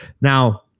now